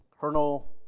Colonel